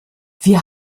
wir